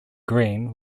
green